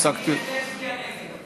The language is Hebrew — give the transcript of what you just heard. הפסקתי, אני אצביע נגד.